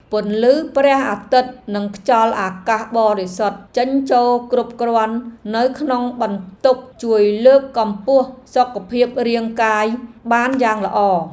ពន្លឺព្រះអាទិត្យនិងខ្យល់អាកាសបរិសុទ្ធចេញចូលគ្រប់គ្រាន់នៅក្នុងបន្ទប់ជួយលើកកម្ពស់សុខភាពរាងកាយបានយ៉ាងល្អ។